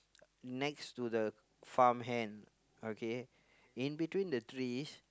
next to the farmhand okay in between the trees